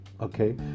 okay